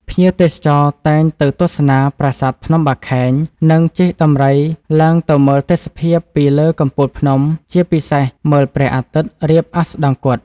ភ្ញៀវទេសចរតែងទៅទស្សនាប្រាសាទភ្នំបាខែង និង ជិះដំរីឡើងទៅមើលទេសភាពពីលើកំពូលភ្នំ ជាពិសេសមើលព្រះអាទិត្យ រៀបអស្តង្គត ។